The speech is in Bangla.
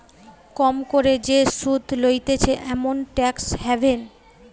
কম করে যে সুধ লইতেছে এমন ট্যাক্স হ্যাভেন